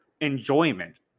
enjoyment